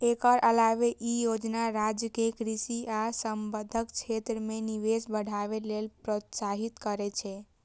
एकर अलावे ई योजना राज्य कें कृषि आ संबद्ध क्षेत्र मे निवेश बढ़ावे लेल प्रोत्साहित करै छै